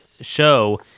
show